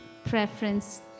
Preference